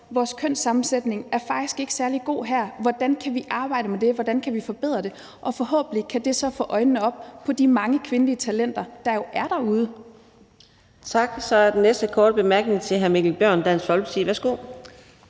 Vores kønssammensætning er faktisk ikke særlig god her; hvordan kan vi arbejde med det, og hvordan kan vi forbedre det? Forhåbentlig kan det så gøre, at man får øjnene op for de mange kvindelige talenter, der jo er derude. Kl. 17:17 Fjerde næstformand (Karina Adsbøl): Tak. Så er den næste korte bemærkning til hr. Mikkel Bjørn, Dansk Folkeparti. Værsgo.